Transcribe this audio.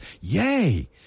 yay